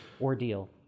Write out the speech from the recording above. ordeal